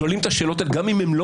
שואלים את השאלות האלה גם אם הן לא